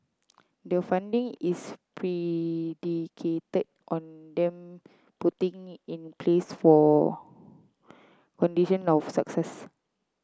the funding is predicated on them putting in place for condition of success